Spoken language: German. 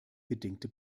bedingte